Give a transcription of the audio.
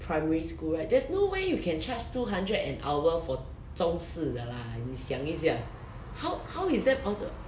primary school right there's no way you can charge two hundred an hour for 中四的 lah 你想一想 how how is that possib~